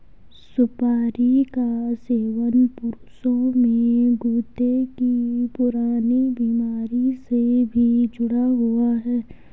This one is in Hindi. सुपारी का सेवन पुरुषों में गुर्दे की पुरानी बीमारी से भी जुड़ा हुआ है